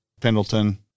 Pendleton